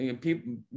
people